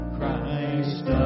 Christ